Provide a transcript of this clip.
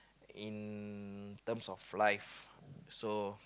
in terms of life so